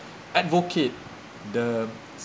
advocate the